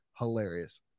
hilarious